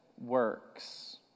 works